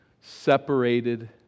separated